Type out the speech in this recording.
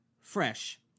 fresh